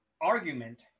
argument